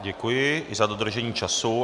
Děkuji za dodržení času.